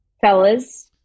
Fellas